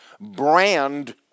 brand